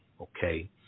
okay